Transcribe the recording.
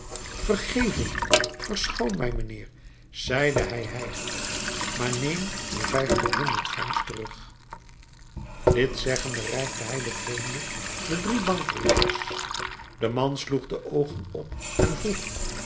vergeving verschoon mij mijnheer zeide hij hijgend maar neem uw vijftienhonderd francs terug dit zeggende reikte hij den vreemde de drie bankbriefjes de man sloeg de oogen op en vroeg